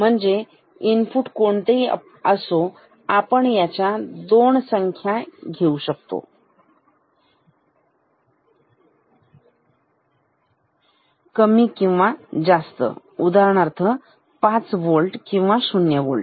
म्हणजे इनपुट कोणतेही असो आपण याच्या दोन संख्या घेऊ शकतो कमी किंवा जास्त उदाहरणार्थ 5 वोल्ट आणि 0 वोल्ट